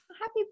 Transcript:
happy